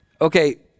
okay